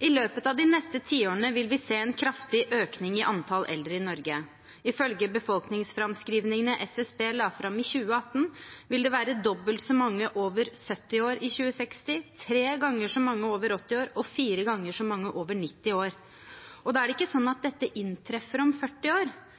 I løpet av de neste tiårene vil vi se en kraftig økning i antall eldre i Norge. Ifølge befolkningsframskrivingene SSB la fram i 2018, vil det være dobbelt så mange over 70 år i 2060, tre ganger så mange over 80 år og fire ganger så mange over 90 år. Da er det ikke sånn at dette inntreffer om 40 år